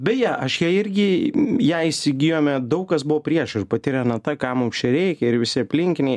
beje aš ją irgi ją įsigijome daug kas buvo prieš ir pati renata kam mums čia reikia ir visi aplinkiniai